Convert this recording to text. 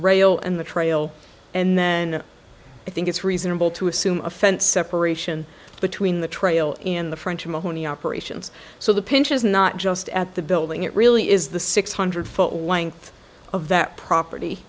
rail and the trail and then i think it's reasonable to assume a fence separation between the trail in the front to mahoney operations so the pinch is not just at the building it really is the six hundred foot length of that